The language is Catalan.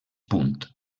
punt